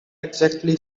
exactly